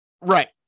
Right